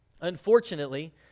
Unfortunately